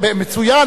מצוין.